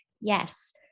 Yes